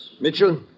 Mitchell